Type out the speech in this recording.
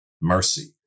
mercy